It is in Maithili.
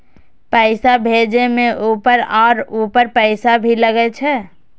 पैसा भेजे में ऊपर से और पैसा भी लगे छै?